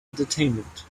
entertainment